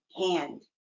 hand